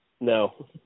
No